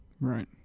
Right